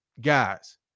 guys